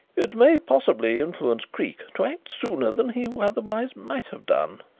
it may possibly influence creake to act sooner than he otherwise might have done.